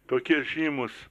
tokie žymūs